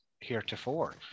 heretofore